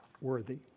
Worthy